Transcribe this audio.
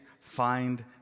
find